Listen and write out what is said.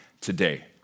today